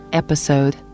episode